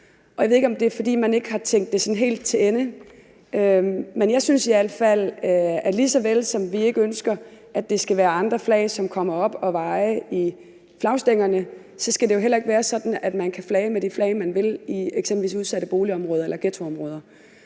Jeg ved ikke, om det er, fordi man ikke har tænkt det sådan helt til ende, men jeg synes i al fald, at lige såvel som vi ikke ønsker, at det skal være andre flag, som kommer op at vaje i flagstængerne, så skal det jo heller ikke være sådan, at man kan flage med de flag, man vil, i eksempelvis udsatte boligområder eller ghettoområder.